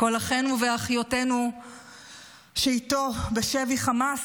כל אחינו ואחיותינו שאיתו בשבי חמאס,